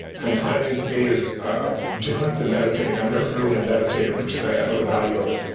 and priming to me is different than meditating. i'm never really a meditator per se i know the value of it.